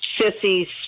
Sissy's